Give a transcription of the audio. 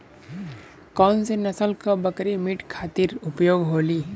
कौन से नसल क बकरी मीट खातिर उपयोग होली?